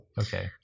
okay